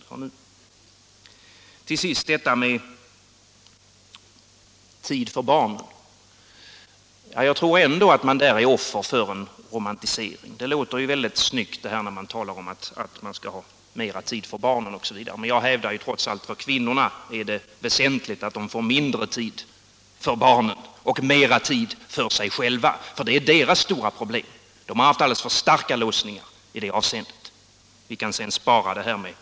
Till sist detta om tid för barnen. Jag tror att man är offer för en romantisering på den punkten. Det låter ju väldigt bra när man talar om mera tid för barnen osv., men jag hävdar trots allt att för kvinnorna är det väsentligt att de får mindre tid för barnen och mera tid för sig själva. Det är nämligen deras stora problem. De har haft alldeles för starka låsningar i det avseendet.